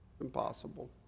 impossible